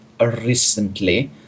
recently